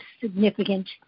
significant